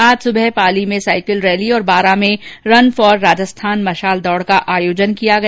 आज सुबह पाली में साइकिल रैली और बारां में रन फॉर राजस्थान मशाल दौड़ का आयोजन किया गया